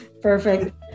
perfect